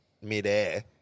midair